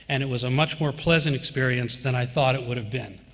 and it was a much more pleasant experience than i thought it would have been.